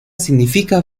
significa